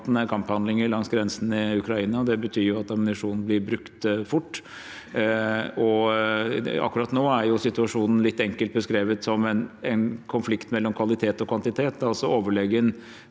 det betyr at ammunisjonen blir brukt fort. Akkurat nå er situasjonen – litt enkelt beskrevet – en konflikt mellom kvalitet og kvantitet, altså overlegen